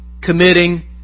committing